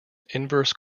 inverse